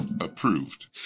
Approved